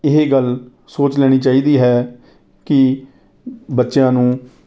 ਇਹ ਗੱਲ ਸੋਚ ਲੈਣੀ ਚਾਹੀਦੀ ਹੈ ਕਿ ਬੱਚਿਆਂ ਨੂੰ